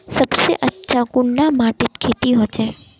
सबसे अच्छा कुंडा माटित खेती होचे?